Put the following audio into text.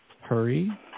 hurry